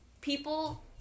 people